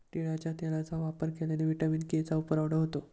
तिळाच्या तेलाचा वापर केल्याने व्हिटॅमिन के चा पुरवठा होतो